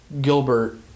Gilbert